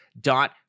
dot